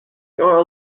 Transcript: are